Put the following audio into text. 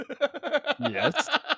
Yes